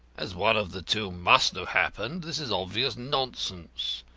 as one of the two must have happened, this is obvious nonsense.